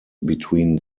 between